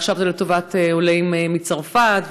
עכשיו זה לטובת עולים מצרפת,